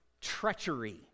treachery